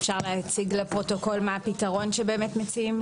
אפשר להציג לפרוטוקול מה הפתרון שמציעים?